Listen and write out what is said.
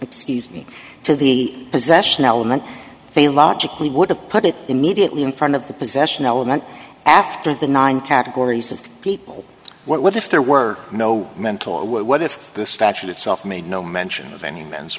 excuse me to the possession element fail logically would have put it immediately in front of the possession element after the nine categories of people what if there were no mental or what if the statute itself made no mention of any men's